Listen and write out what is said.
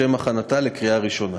לשם הכנתה לקריאה ראשונה.